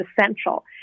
essential